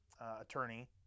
attorney